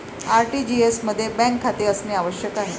RTGS मध्ये bank खाते असणे आवश्यक आहे